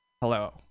Hello